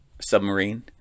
submarine